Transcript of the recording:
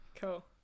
Cool